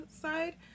side